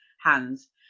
hands